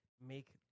make